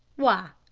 why?